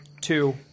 two